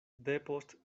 depost